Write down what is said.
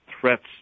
threats